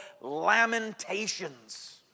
Lamentations